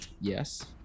Yes